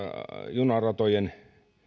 junaratojen